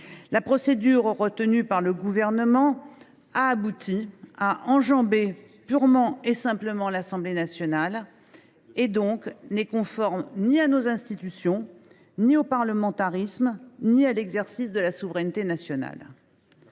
La procédure retenue par le Gouvernement a abouti à enjamber purement et simplement l’Assemblée nationale. Elle n’est conforme ni à nos institutions, ni au parlementarisme, ni à l’exercice de la souveraineté nationale.